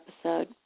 episode